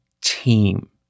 team